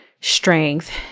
strength